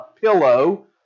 pillow